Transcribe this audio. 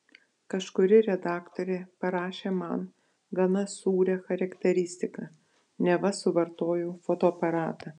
kažkuri redaktorė parašė man gana sūrią charakteristiką neva suvartojau fotoaparatą